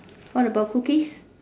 what about cookies